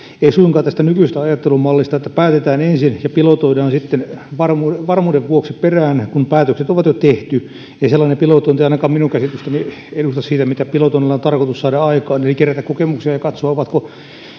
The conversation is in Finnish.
ei suinkaan tästä nykyisestä ajattelumallista että päätetään ensin ja pilotoidaan sitten varmuuden varmuuden vuoksi perään kun päätökset on jo tehty ei sellainen pilotointi ainakaan minun käsitystäni edusta siitä mitä pilotoinnilla on tarkoitus saada aikaan eli kerätä kokemuksia ja katsoa ovatko